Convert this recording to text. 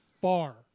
far